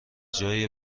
جای